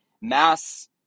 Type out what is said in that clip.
Mass